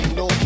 no